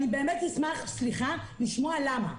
אני באמת אשמח לשמוע למה?